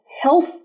Health